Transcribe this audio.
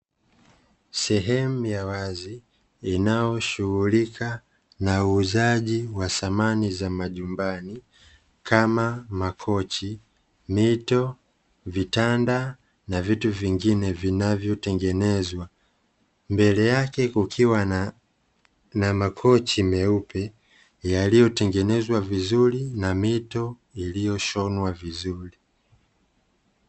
Sehemu ya wazi inaoshughulika na uuzaji wa samani za majumbani kama; makochi, mito, vitanda na vitu vingine vinavyotengenezwa. Mbele yake kukiwa na makochi meupe yaliyotengenezwa vizuri na mito iliyoshonwa vizuri.